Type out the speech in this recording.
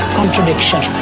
contradiction